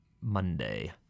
Monday